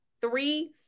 three